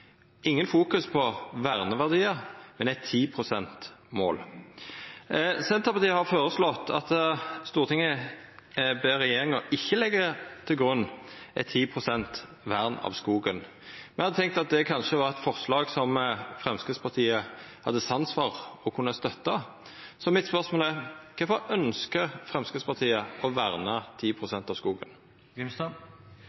ingen fokus på verneverdiar, men eit mål om 10 pst. Senterpartiet har føreslått at Stortinget skal be regjeringa om ikkje å leggja til grunn eit vern av 10 pst. av skogen. Me hadde tenkt at det kanskje var eit forslag som Framstegspartiet hadde sans for og kunne støtta. Spørsmålet mitt er: Kvifor ønskjer Framstegspartiet å verna